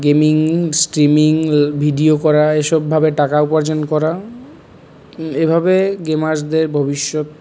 gaming streaming video করা এসব ভাবে টাকা উপার্জন করা এভাবে গেমার্সদের ভবিষ্যৎ